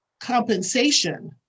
compensation